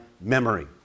memory